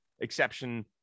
exception